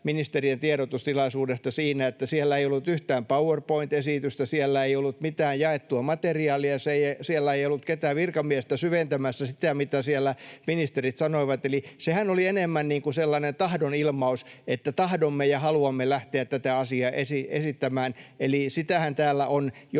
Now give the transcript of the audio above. ministerien tiedotustilaisuudesta siinä, että siellä ei ollut yhtään PowerPoint-esitystä, siellä ei ollut mitään jaettua materiaalia, siellä ei ollut ketään virkamiestä syventämässä sitä, mitä siellä ministerit sanoivat, eli sehän oli enemmän sellainen tahdonilmaus, että ”tahdomme ja haluamme lähteä tätä asiaa esittämään”. Eli sitähän täällä on